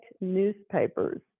newspapers